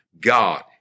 God